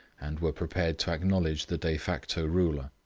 and were prepared to acknowledge the de facto ruler.